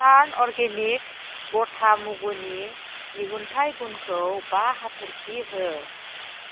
टार्न organic गथा मुगुनि दिहुनथाइ गुनखौ बा हाथरखि हो